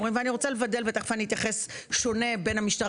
ואני רוצה לבדל ולהתייחס באופן שונה בין המשטרה